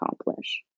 accomplish